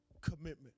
commitment